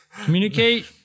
communicate